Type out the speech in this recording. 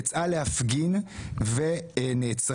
יצאה להפגין ונעצרה.